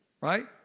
right